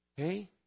okay